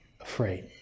afraid